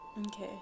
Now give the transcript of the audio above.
Okay